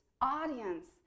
audience